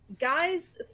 guys